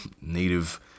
native